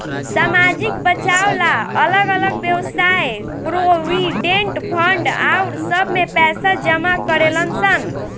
सामाजिक बचाव ला अलग अलग वयव्साय प्रोविडेंट फंड आउर सब में पैसा जमा करेलन सन